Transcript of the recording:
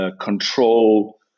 Control